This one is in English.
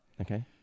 Okay